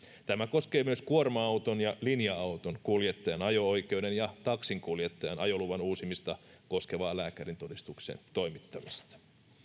tämä koskee myös kuorma auton ja linja autonkuljettajan ajo oikeuden ja taksinkuljettajan ajoluvan uusimista koskevan lääkärintodistuksen toimittamista